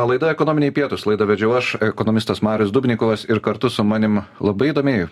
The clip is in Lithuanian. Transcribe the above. laida ekonominiai pietūs laidą vedžiau aš ekonomistas marius dubnikovas ir kartu su manim labai įdomiai